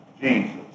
Jesus